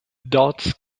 dots